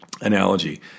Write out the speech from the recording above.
analogy